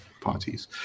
parties